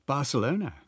Barcelona